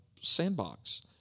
sandbox